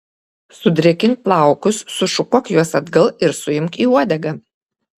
sudrėkink plaukus sušukuok juos atgal ir suimk į uodegą